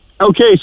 Okay